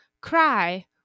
cry